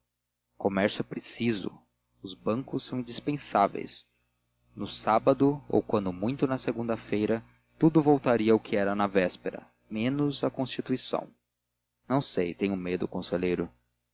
comércio é preciso os bancos são indispensáveis no sábado ou quando muito na segunda-feira tudo voltaria ao que era na véspera menos a constituição não sei tenho medo conselheiro